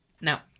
Now